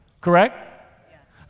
correct